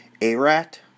A-Rat